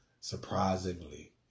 surprisingly